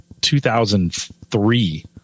2003